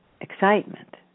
excitement